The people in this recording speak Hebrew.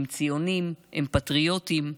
הם ציונים, הם פטריוטים,